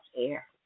air